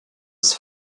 ist